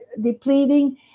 depleting